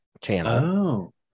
channel